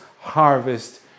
harvest